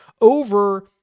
over